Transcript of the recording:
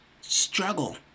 struggle